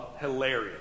hilarious